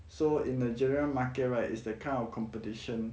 so in a general market right is the kind of competition